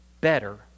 better